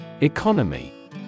Economy